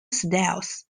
styles